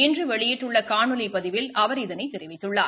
இன்று வெளியிட்டுள்ள காணொலி பதிவில் அவர் இதனை தெரிவித்துள்ளார்